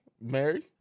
Mary